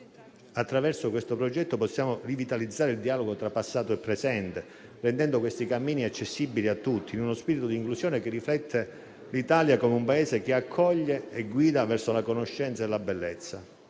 disegno di legge, possiamo rivitalizzare il dialogo tra passato e presente, rendendo questi cammini accessibili a tutti, in uno spirito di inclusione che riflette l'Italia come un Paese che accoglie e guida verso la conoscenza e la bellezza.